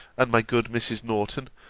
and my good mrs. norton,